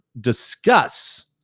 discuss